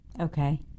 Okay